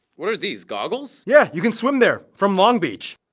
what are these, goggles? yeah, you can swim there. from long beach